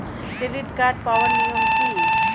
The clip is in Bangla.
ক্রেডিট কার্ড পাওয়ার নিয়ম কী?